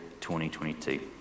2022